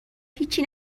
هیچی